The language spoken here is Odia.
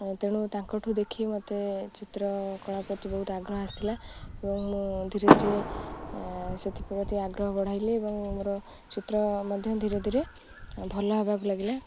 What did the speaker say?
ତେଣୁ ତାଙ୍କଠୁ ଦେଖି ମୋତେ ଚିତ୍ର କଳା ପ୍ରତି ବହୁତ ଆଗ୍ରହ ଆସିଥିଲା ଏବଂ ମୁଁ ଧୀରେ ଧୀରେ ସେଥିପ୍ରତି ଆଗ୍ରହ ବଢ଼ାଇଲି ଏବଂ ମୋର ଚିତ୍ର ମଧ୍ୟ ଧୀରେ ଧୀରେ ଭଲ ହେବାକୁ ଲାଗିଲା